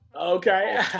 Okay